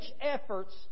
efforts